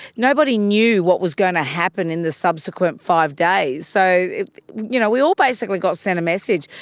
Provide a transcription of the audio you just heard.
nobody knew what was going to happen in the subsequent five days. so you know we all basically got sent a message,